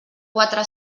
quatre